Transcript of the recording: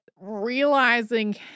realizing